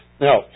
Now